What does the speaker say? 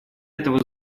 этого